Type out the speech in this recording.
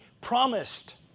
promised